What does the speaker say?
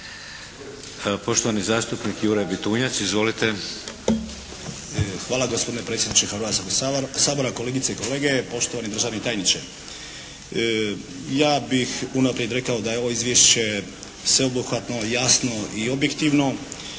Poštovani zastupnik Jure Bitunjac, izvolite. **Bitunjac, Jure (HDZ)** Hvala gospodine predsjedniče Hrvatskog sabora, kolegice i kolege, poštovani državni tajniče. Ja bih unaprijed rekao da je ovo izvješće sveobuhvatno, jasno i objektivno.